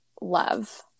love